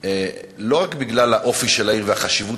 אבל לא רק בגלל האופי של העיר והחשיבות